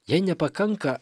jei nepakanka